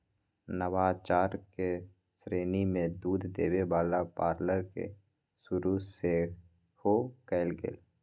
नवाचार के श्रेणी में दूध देबे वला पार्लर के शुरु सेहो कएल गेल